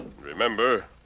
Remember